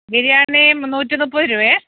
ബിരിയാണി മുന്നൂറ്റി മുപ്പത് രൂപ